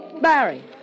Barry